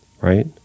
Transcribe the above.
right